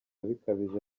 bikabije